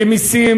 במסים